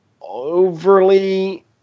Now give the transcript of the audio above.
overly